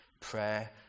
Prayer